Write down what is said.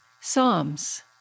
Psalms